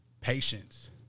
patience